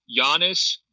Giannis